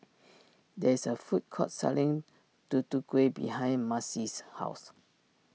there is a food court selling Tutu Kueh behind Macey's house